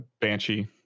Banshee